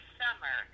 summer